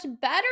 better